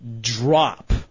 drop